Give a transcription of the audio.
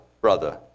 brother